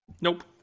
Nope